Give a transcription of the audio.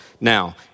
now